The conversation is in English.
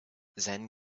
then